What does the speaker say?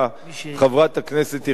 חברת הכנסת יחימוביץ.